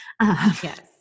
Yes